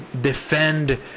defend